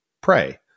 pray